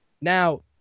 Now